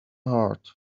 heart